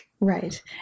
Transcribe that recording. Right